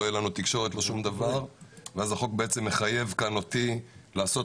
לא תהיה לנו תקשורת ולא שום דבר ואז החוק מחייב אותי לעשות